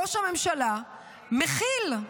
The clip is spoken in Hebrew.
ראש הממשלה מכיל.